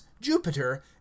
jupiter